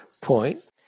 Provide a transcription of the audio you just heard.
point